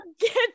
get